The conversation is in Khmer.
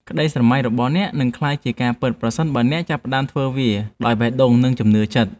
ក្ដីស្រមៃរបស់អ្នកនឹងក្លាយជាការពិតប្រសិនបើអ្នកចាប់ផ្ដើមធ្វើវាដោយបេះដូង និង ជំនឿចិត្ត។